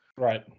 Right